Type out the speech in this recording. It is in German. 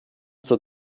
zur